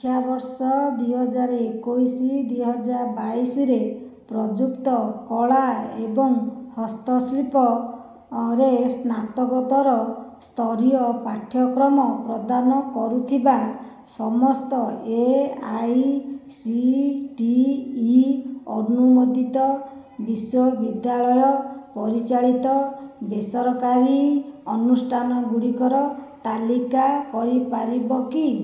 ଶିକ୍ଷାବର୍ଷ ଦୁଇହଜାର ଏକୋଇଶି ଦୁଇହଜାର ବାଇଶିରେ ପ୍ରଯୁକ୍ତ କଳା ଏବଂ ହସ୍ତଶିଳ୍ପ ରେ ସ୍ନାତକୋତ୍ତର ସ୍ତରୀୟ ପାଠ୍ୟକ୍ରମ ପ୍ରଦାନ କରୁଥିବା ସମସ୍ତ A I C T E ଅନୁମୋଦିତ ବିଶ୍ୱବିଦ୍ୟାଳୟ ପରିଚାଳିତ ବେସରକାରୀ ଅନୁଷ୍ଠାନ ଗୁଡ଼ିକର ତାଲିକା କରିପାରିବ କି